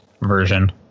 version